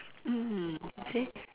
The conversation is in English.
mm she say